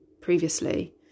previously